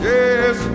Yes